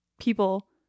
people